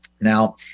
Now